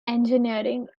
engineering